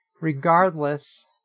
regardless